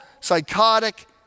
psychotic